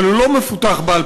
אבל הוא לא מפותח ב-2015,